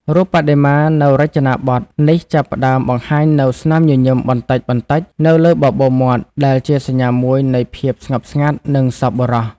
រូបបដិមានៅរចនាបថនេះចាប់ផ្ដើមបង្ហាញនូវ ស្នាមញញឹម បន្តិចៗនៅលើបបូរមាត់ ដែលជាសញ្ញាមួយនៃភាពស្ងប់ស្ងាត់ និងសប្បុរស។